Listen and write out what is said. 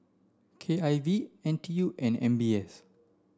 K I V N T U and M B S